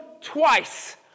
twice